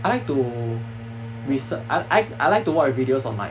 I like to resear~ I I I like to watch videos online